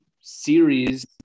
series